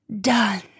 Done